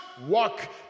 walk